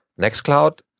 NextCloud